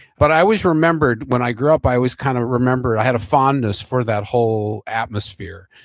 but i always remembered when i grew up i was kind of remember i had a fondness for that whole atmosphere.